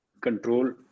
control